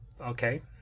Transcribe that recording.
okay